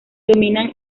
dominan